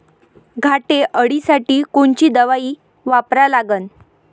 घाटे अळी साठी कोनची दवाई वापरा लागन?